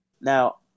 Now